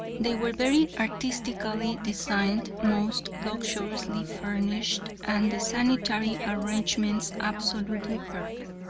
they were very artistically designed, most luxuriously furnished and the sanitary arrangements absolutely perfect.